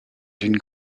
d’une